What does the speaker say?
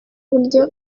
burya